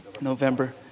November